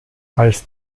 als